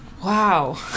wow